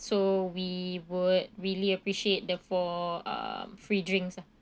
so we would really appreciate the for um free drinks lah